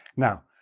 now,